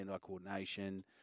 coordination